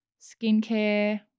skincare